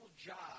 job